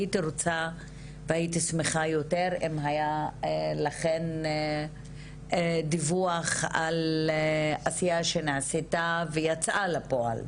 הייתי שמחה יותר אם היה לכן דיווח על עשייה שנעשתה ויצאה לאור,